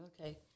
Okay